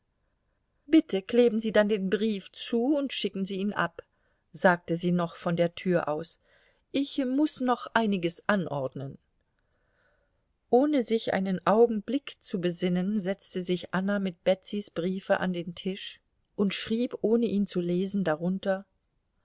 bitte kleben sie dann den brief zu und schicken sie ihn ab sagte sie noch von der tür aus ich muß noch einiges anordnen ohne sich einen augenblick zu besinnen setzte sich anna mit betsys briefe an den tisch und schrieb ohne ihn zu lesen darunter